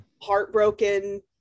heartbroken